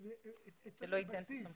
צריך בסיס,